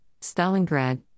Stalingrad